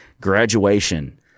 graduation